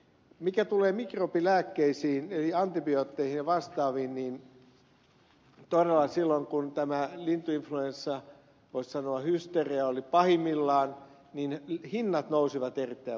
mitä tulee mikrobilääkkeisiin eli antibiootteihin ja vastaaviin niin todella silloin kun tämä lintuinfluenssaa koskeva voisi sanoa hysteria oli pahimmillaan niin hinnat nousivat erittäin voimakkaasti